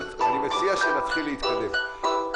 מהניסיון של דיון רב-משתתפים בפעם הקודמת,